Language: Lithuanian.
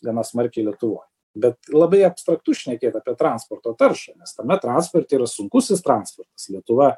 gana smarkiai lietuvoj bet labai abstraktu šnekėt apie transporto taršą nes tame transporte yra sunkusis transportas lietuva